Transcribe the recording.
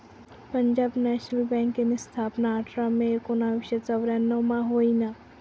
Punjab national बँकनी स्थापना आठरा मे एकोनावीसशे चौर्यान्नव मा व्हयनी